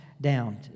down